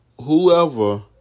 whoever